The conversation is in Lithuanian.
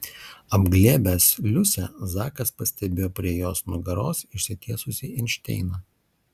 apglėbęs liusę zakas pastebėjo prie jos nugaros išsitiesusį einšteiną